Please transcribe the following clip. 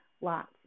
lots